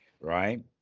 right